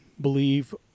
believe